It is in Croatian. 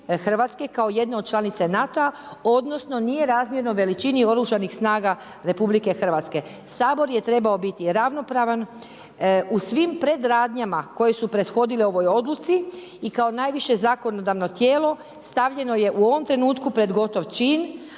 kao jednu od članice NATO-a odnosno nije razmjerno veličini Oružanih snaga RH. Sabor je trebao biti ravnopravan u svim predradnjama koje su prethodile ovoj odluci i kao najviše zakonodavno tijelo stavljeno je u ovom trenutku pred gotov čin,